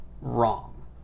wrong